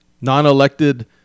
non-elected